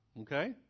Okay